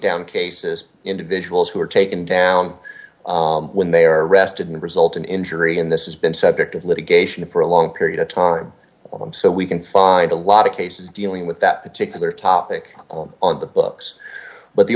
takedown cases individuals who are taken down when they are arrested and result in injury in this has been subject of litigation for a long period of time on them so we can find a lot of cases dealing with that particular topic on the books but the